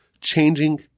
changing